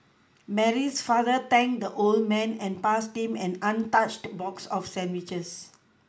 Mary's father thanked the old man and passed him an untouched box of sandwiches